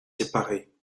séparés